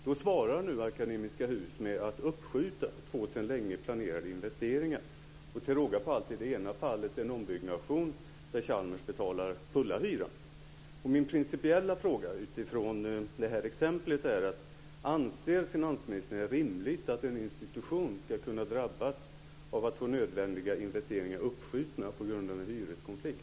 Då svarar nu Akademiska Hus med att uppskjuta två sedan länge planerade investeringar. Till råga på allt är det ena fallet en ombyggnation där Chalmers betalar full hyra. Min principiella fråga utifrån det här exemplet är: Anser finansministern att det är rimligt att en institution ska kunna drabbas av att få nödvändiga investeringar uppskjutna på grund av en hyreskonflikt?